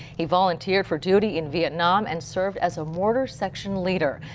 he volunteered for duty in vietnam and served as a mortar section leader.